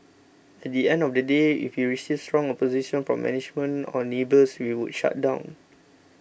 at the end of the day if we received strong opposition from management or neighbours we would shut down